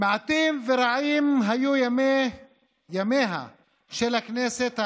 מעטים ורעים היו ימיה של הכנסת העשרים-ושלוש.